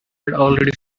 already